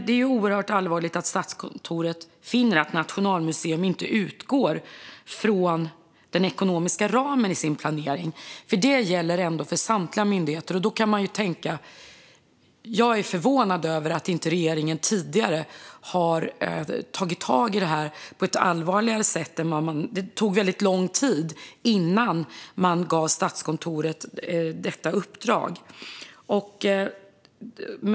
Det är oerhört allvarligt att Statskontoret finner att Nationalmuseum i sin planering inte utgår från den ekonomiska ramen. Det gäller ändå för samtliga myndigheter. Jag är förvånad över att regeringen inte har tagit tag i det på ett allvarligare sätt tidigare. Det tog lång tid innan man gav Statskontoret detta uppdrag.